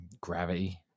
Gravity